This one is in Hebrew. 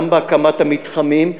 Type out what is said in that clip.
גם בהקמת המתחמים,